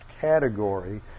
category